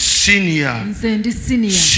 senior